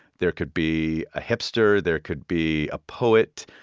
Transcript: there could be a hipster. there could be a poet.